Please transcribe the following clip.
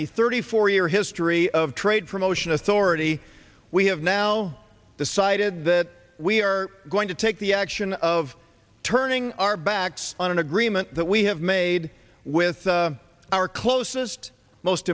the thirty four year history of trade promotion authority we have now decided that we are going to take the action of turning our backs on an agreement that we have made with our closest most